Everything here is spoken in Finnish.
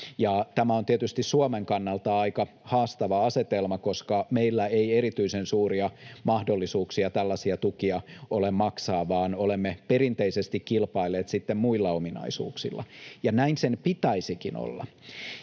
Tämä on tietysti Suomen kannalta aika haastava asetelma, koska meillä ei erityisen suuria mahdollisuuksia tällaisia tukia ole maksaa, vaan olemme perinteisesti kilpailleet sitten muilla ominaisuuksilla, ja näin sen pitäisikin olla.